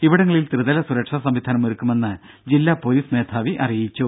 ഇവിടങ്ങളിൽ ത്രിതല സുരക്ഷാ സംവിധാനം ഒരുക്കുമെന്ന് ജില്ലാ പൊലീസ് മേധാവി അറിയിച്ചു